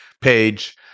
page